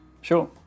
Sure